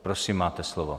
Prosím, máte slovo.